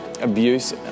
abuse